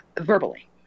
verbally